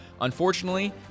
Unfortunately